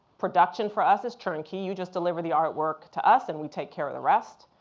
production for us is turnkey. you just deliver the artwork to us and we take care of the rest.